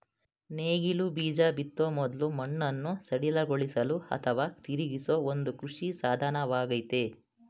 ನೇಗಿಲು ಬೀಜ ಬಿತ್ತೋ ಮೊದ್ಲು ಮಣ್ಣನ್ನು ಸಡಿಲಗೊಳಿಸಲು ಅಥವಾ ತಿರುಗಿಸೋ ಒಂದು ಕೃಷಿ ಸಾಧನವಾಗಯ್ತೆ